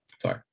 Sorry